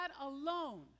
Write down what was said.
alone